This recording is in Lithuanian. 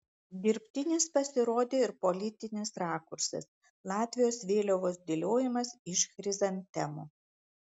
dirbtinis pasirodė ir politinis rakursas latvijos vėliavos dėliojimas iš chrizantemų